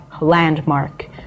landmark